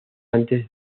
antes